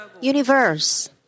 universe